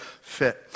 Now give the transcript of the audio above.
fit